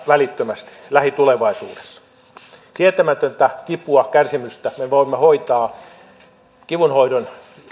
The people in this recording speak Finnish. välittömästi lähitulevaisuudessa sietämätöntä kipua kärsimystä me voimme hoitaa kivunhoidon